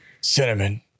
Cinnamon